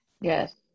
yes